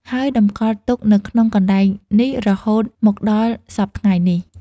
ហើយតម្កល់ទុកនៅក្នុងកន្លែងនេះរហូតមកដល់សព្វថ្ងៃនេះ។